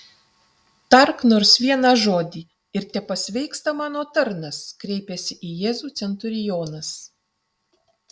tark nors vieną žodį ir tepasveiksta mano tarnas kreipiasi į jėzų centurionas